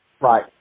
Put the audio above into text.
Right